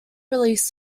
released